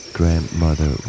grandmother